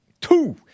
Two